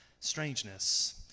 strangeness